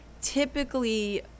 typically